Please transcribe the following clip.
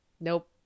nope